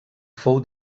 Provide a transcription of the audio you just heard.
fou